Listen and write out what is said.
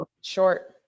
Short